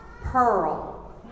pearl